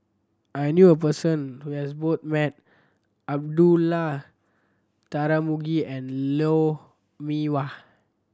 I knew a person who has both met Abdullah Tarmugi and Lou Mee Wah